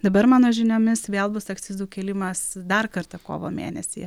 dabar mano žiniomis vėl bus akcizų kėlimas dar kartą kovo mėnesį